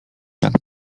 jak